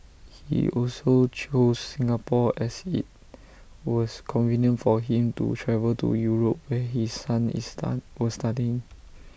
he also chose Singapore as IT was convenient for him to travel to Europe where his son is study was studying